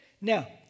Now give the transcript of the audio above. Now